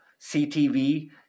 CTV